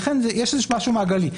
לכן יש בזה משהו מעגלי.